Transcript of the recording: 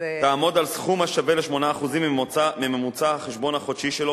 תעמוד על סכום השווה ל-8% מממוצע החשבון החודשי שלו,